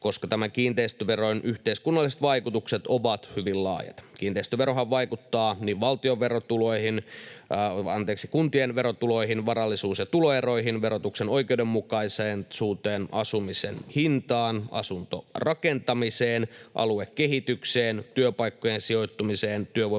koska kiinteistöveron yhteiskunnalliset vaikutukset ovat hyvin laajat. Kiinteistöverohan vaikuttaa niin kuntien verotuloihin, varallisuus- ja tuloeroihin, verotuksen oikeudenmukaisuuteen, asumisen hintaan, asuntorakentamiseen, aluekehitykseen, työpaikkojen sijoittumiseen, työvoiman